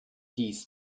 dies